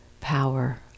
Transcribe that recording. power